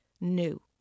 new